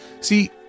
See